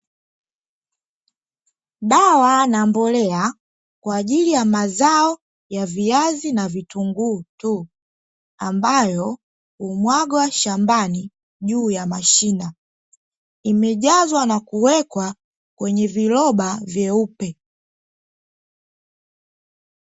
Dawa na mbolea kwa ajili ya mazao ya viazi na vitunguu tu ambayo humwagwa shambani juu ya mashina, imejazwa na kuwekwa kwenye viroba vyeupe.